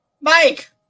Mike